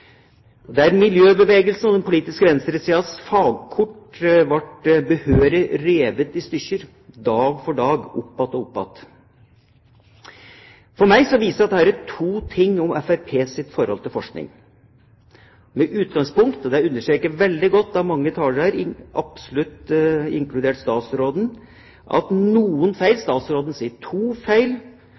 fagkort ble behørig revet i stykker, dag for dag, opp att og opp att. For meg viser dette to ting om Fremskrittspartiets forhold til forskning. For det første er det understreket veldig godt av mange talere, absolutt inkludert statsråden, at på grunn av noen feil – statsråden sier to feil